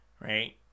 Right